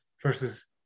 versus